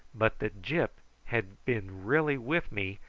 but that gyp had been really with me,